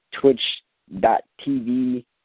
twitch.tv